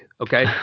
Okay